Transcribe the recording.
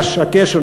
הקשר,